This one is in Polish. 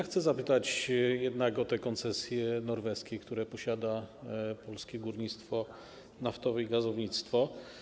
Chcę zapytać o koncesje norweskie, które posiada polskie górnictwo naftowe i gazownictwo.